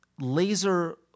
laser